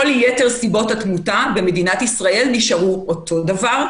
כל יתר סיבות התמותה במדינת ישראל נשארו אותו דבר,